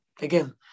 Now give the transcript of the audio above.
again